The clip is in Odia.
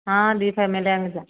ହଁ ଦୁଇ ଫ୍ୟାମିଲି ଆମେ ଯିବା